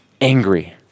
angry